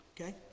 Okay